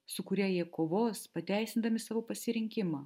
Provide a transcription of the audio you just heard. su kuria jie kovos pateisindami savo pasirinkimą